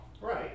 Right